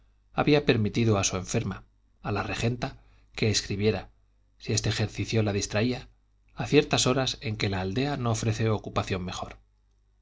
había permitido a su enferma a la regenta que escribiera si este ejercicio la distraía a ciertas horas en que la aldea no ofrece ocupación mejor